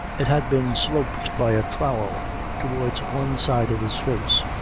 it had been sloped by a trowel towards one side of his face,